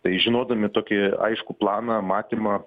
tai žinodami tokį aiškų planą matymą